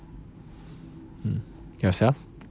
mm yourself